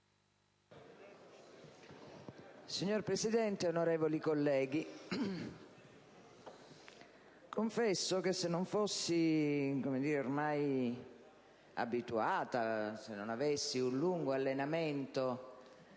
Signor Presidente, onorevoli colleghi, se non fossi ormai abituata, se non avessi un lungo allenamento